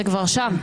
זה כבר שם.